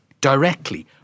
directly